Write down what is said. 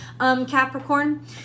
Capricorn